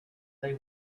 they